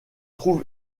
trouve